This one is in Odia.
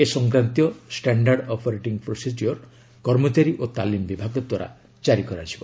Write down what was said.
ଏ ସଂକ୍ରାନ୍ତୀୟ ଷ୍ଟାଣ୍ଡାର୍ଡ ଅପରେଟିଙ୍ଗ୍ ପ୍ରୋସିଜିଓର କର୍ମଚାରୀ ଓ ତାଲିମ ବିଭାଗ ଦ୍ୱାରା ଜାରି କରାଯିବ